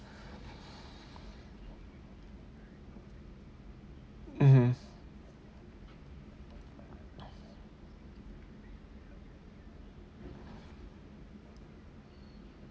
mmhmm